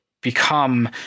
become